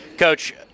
Coach